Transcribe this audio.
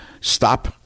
Stop